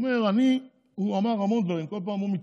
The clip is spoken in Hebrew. הוא אמר המון דברים וכל פעם הוא מתהפך.